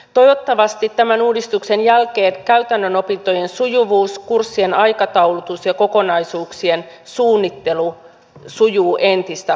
toivottavasti tämän uudistuksen jälkeen käytännön opintojen sujuvuus kurssien aikataulutus ja kokonaisuuksien suunnittelu sujuu entistä paremmin